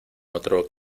otro